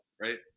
right